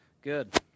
Good